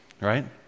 right